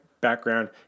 background